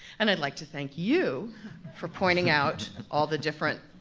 and i'd like to thank you for pointing out all the different